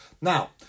Now